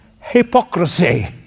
hypocrisy